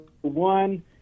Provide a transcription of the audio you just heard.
one